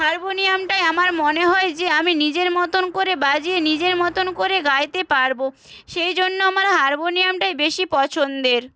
হারমোনিয়ামটাই আমার মনে হয় যে আমি নিজের মতন করে বাজিয়ে নিজের মতন করে গাইতে পারব সেই জন্য আমার হারমোনিয়ামটাই বেশি পছন্দের